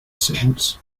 since